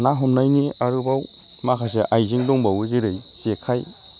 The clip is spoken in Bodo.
ना हमनायनि आरोबाव माखासे आयजें दंबावो जेरै जेखाइ